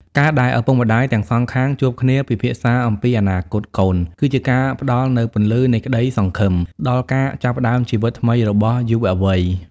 ការដែលឪពុកម្ដាយទាំងសងខាងជួបគ្នាពិភាក្សាអំពីអនាគតកូន គឺជាការផ្ដល់នូវ "ពន្លឺនៃក្ដីសង្ឃឹម" ដល់ការចាប់ផ្តើមជីវិតថ្មីរបស់យុវវ័យ។